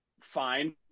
fine